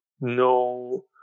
no